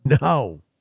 No